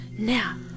Now